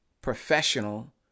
professional